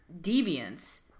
deviance